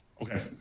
Okay